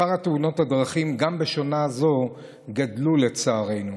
מספר תאונות הדרכים גם בשנה הזו גדל, לצערנו.